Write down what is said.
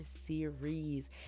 series